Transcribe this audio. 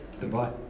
goodbye